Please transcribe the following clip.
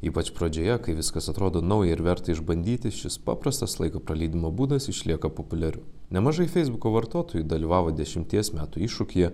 ypač pradžioje kai viskas atrodo nauja ir verta išbandyti šis paprastas laiko praleidimo būdas išlieka populiariu nemažai feisbuko vartotojų dalyvavo dešimties metų iššūkyje